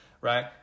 right